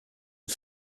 und